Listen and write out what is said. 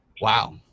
Wow